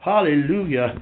Hallelujah